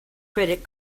credit